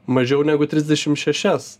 mažiau negu trisdešim šešias